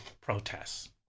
protests